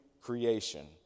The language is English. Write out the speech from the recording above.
creation